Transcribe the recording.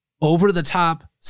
over-the-top